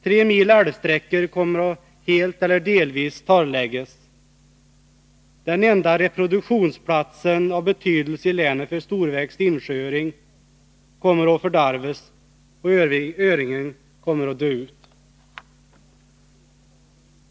Tre mil älvsträckor kommer att helt eller delvis torrläggas. Den enda reproduktionsplatsen av betydelse i länet för storväxt insjööring kommer att fördärvas, och öringen kommer att dö ut.